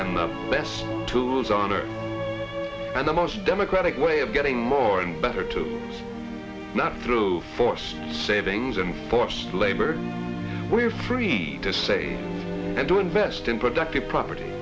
and the best tools on earth and the most democratic way of getting more and better to not through forced savings and forced labor we are free to say and to invest in productive property